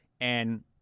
And-